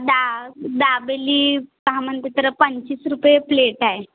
दा दाबेली का म्हणते तर पंचीस रुपये प्लेट आहे